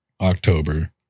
October